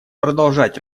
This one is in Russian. продолжать